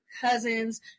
cousins